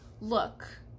look